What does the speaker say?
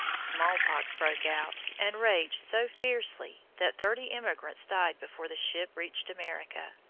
smallpox broke out and raged so fiercely that thirty emigrants died before the ship reached america.